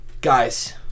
Guys